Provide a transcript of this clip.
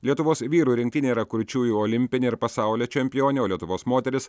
lietuvos vyrų rinktinė yra kurčiųjų olimpinė ir pasaulio čempionė o lietuvos moterys